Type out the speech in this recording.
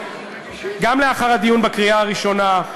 גם לאחר הדיון בקריאה הראשונה,